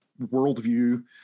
worldview